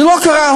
זה לא קרה,